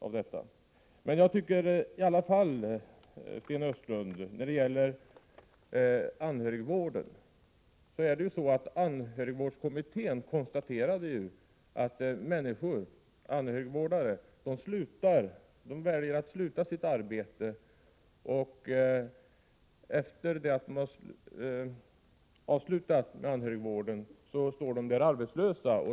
När det gäller anhörigvården hävdar jag i alla fall, Sten Östlund, att anhörigvårdskommittén konstaterade att människor som vill bli anhörigvårdare väljer att sluta sitt arbete, och efter det att de har slutat med anhörigvården står de arbetslösa.